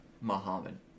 Muhammad